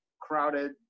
crowded